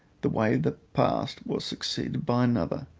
the wave that passed was succeeded by another,